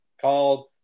called